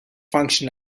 function